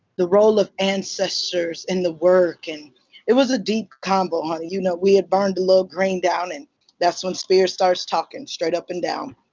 the role of ancestors, in the work. and it was a deep convo, honey. you know we had burned a little green down, and that's when spirit starts talking. straight up and down.